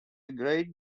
great